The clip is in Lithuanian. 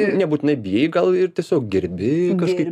nebūtinai bijai gal ir tiesiog gerbi kažkaip